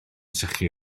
sychu